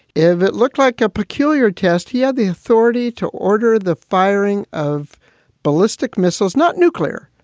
if it looked like a peculiar test, he had the authority to order the firing of ballistic missiles, not nuclear,